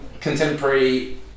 contemporary